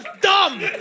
dumb